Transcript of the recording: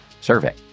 survey